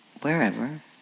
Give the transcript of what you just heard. wherever